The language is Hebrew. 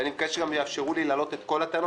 ואני מבקש גם שיאפשרו לי להעלות את כל הטענות,